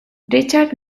richard